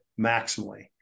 maximally